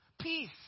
Peace